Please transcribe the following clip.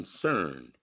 concerned